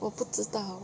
我不知道